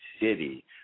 City